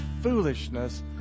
foolishness